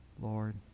Lord